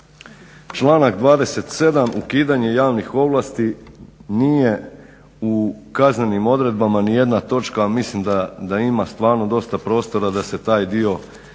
članak 27. ukidanje javnih ovlasti nije u kaznenim odredbama niti jedna točka ali mislim da ima stvarno dosta prostora da se taj dio obradi,